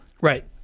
Right